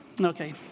okay